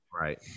Right